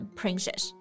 princess